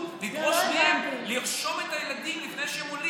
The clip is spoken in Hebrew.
לדרוש מהם לרשום את הילדים לפני שהם עולים.